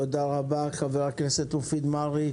תודה רבה, חבר הכנסת מופיד מרעי.